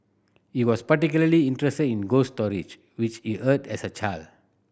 he was particularly interested in ghost stories which he heard as a child